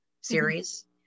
series